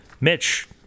Mitch